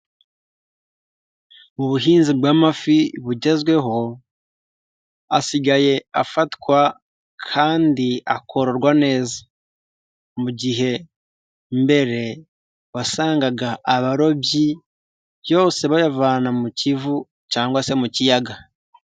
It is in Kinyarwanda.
Ubuhinzi bw'amafi bugezweho, asigaye afatwa kandi akororwa neza. Mu gihe mbere wasangaga abarobyi yose bayavana mu kivu cyangwa se mu kiyaga.